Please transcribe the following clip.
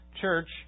church